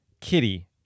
Kitty